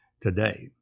today